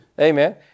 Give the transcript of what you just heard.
Amen